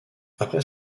après